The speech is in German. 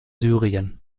syrien